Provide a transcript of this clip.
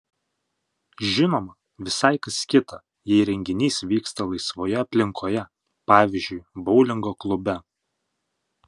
žinoma visai kas kita jei renginys vyksta laisvoje aplinkoje pavyzdžiui boulingo klube